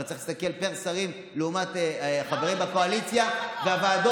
הרי צריך להסתכל פר שרים לעומת חברים בקואליציה ובוועדות.